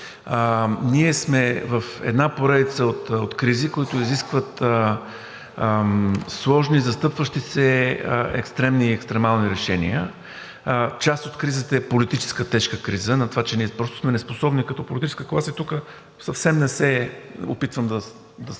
Ние сме в една поредица от кризи, които изискват сложни и застъпващи се екстремни и екстремални решения. Част от кризата е политическа, тежка криза на това, че ние просто сме неспособни като политическа класа и тук съвсем не се опитвам да се